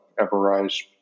Everrise